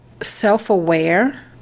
self-aware